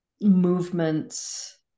movements